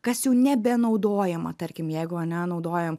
kas jau nebenaudojama tarkim jeigu ane naudojam